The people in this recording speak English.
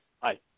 Hi